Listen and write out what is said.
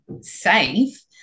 safe